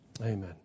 Amen